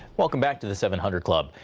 welcome back to the seven hundred club.